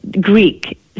Greek